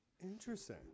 Interesting